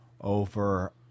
over